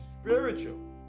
spiritual